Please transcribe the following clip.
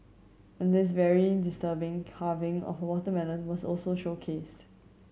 and this very disturbing carving of a watermelon was also showcased